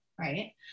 right